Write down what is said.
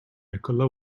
nikola